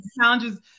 challenges